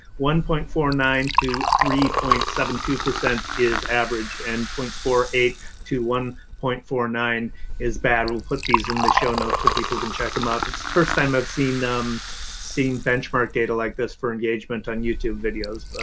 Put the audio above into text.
one point four nine to three point seven two is average and point four eight to one point four nine is bad. we'll put these in the show notes so people can check them out. it's the first time i've seen seen benchmark data like this for engagement on youtube videos. but